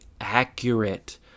accurate